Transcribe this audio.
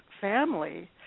family